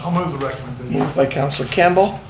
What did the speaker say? um move the recommendation. moved by councillor campbell,